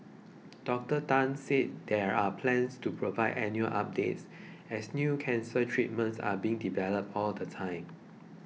Doctor Tan said there are plans to provide annual updates as new cancer treatments are being developed all the time